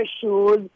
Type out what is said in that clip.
shoes